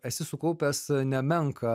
esi sukaupęs nemenką